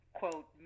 quote